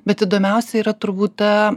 bet įdomiausia yra turbūt ta